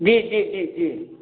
जी जी जी जी